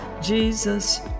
Jesus